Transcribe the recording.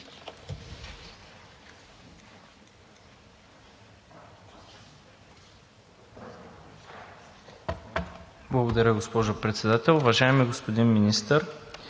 Благодаря, госпожо Председател. Уважаеми господин Министър,